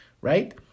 right